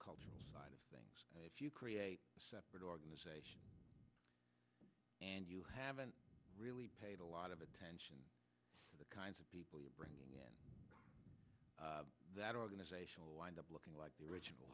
culture side of things if you create a separate organization and you haven't really paid a lot of attention to the kinds of people you're bringing in that organization will wind up looking like the original